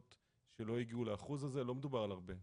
שלא הגיעו לאחוז הזה ולא מדובר בהרבה,